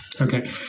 Okay